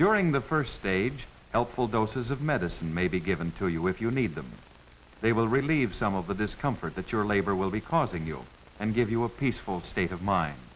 during the first stage helpful doses of medicine may be given to you if you need them they will relieve some of the discomfort that your labor will be causing you and give you a peaceful state of mind